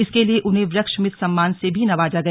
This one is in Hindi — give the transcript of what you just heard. इसके लिए उन्हें वृक्ष मित्र सम्मान से भी नवाजा गया